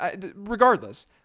regardless